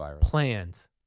plans